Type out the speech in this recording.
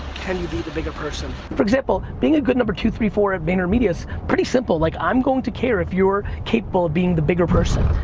can you be the bigger person? for example, being a good number two, three, four at vaynermedia simple. like i'm going to care if you're capable of being the bigger person.